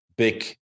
big